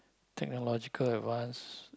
technological advance